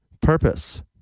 purpose